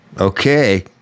Okay